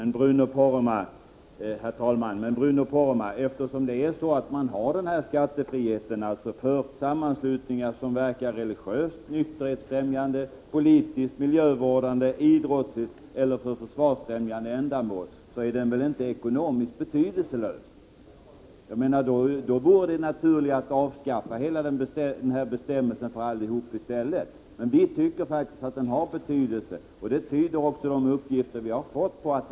Herr talman! Men, Bruno Poromaa, eftersom man har den här skattefriheten för sammanslutningar som verkar religiöst, nykterhetsfrämjande, politiskt, miljövårdande, idrottsligt eller för försvarsfrämjande ändamål, är den väl inte ekonomiskt betydelselös. Då vore ju det naturliga att avskaffa bestämmelsen för allihop i stället. Vi tycker faktiskt att den har betydelse, och det tyder också de uppgifter på som vi har fått.